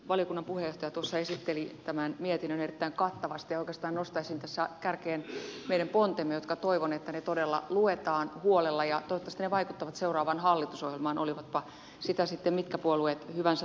valiokunnan puheenjohtaja tuossa esitteli tämän mietinnön erittäin kattavasti ja oikeastaan nostaisin tässä kärkeen meidän pontemme joista toivon että ne todella luetaan huolella ja toivottavasti ne vaikuttavat seuraavan hallitusohjelmaan olivatpa sitä sitten mitkä puolueet hyvänsä tekemässä